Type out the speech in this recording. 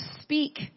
speak